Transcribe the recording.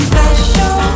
Special